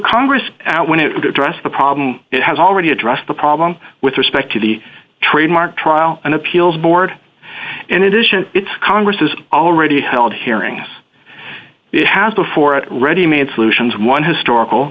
congress out when it would address the problem it has already addressed the problem with respect to the trademark trial and appeals board in addition its congress has already held hearings it has before it ready made solutions one historical